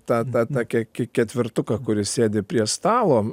tą tą tą ke ketvertuką kuris sėdi prie stalo